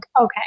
okay